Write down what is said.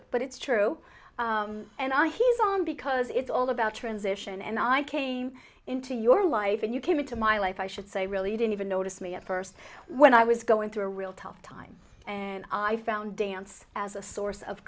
but it's true and i he's on because it's all about transition and i came into your life and you came into my life i should say really didn't even notice me at first when i was going through a real tough time and i found dance as a source of